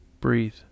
Breathe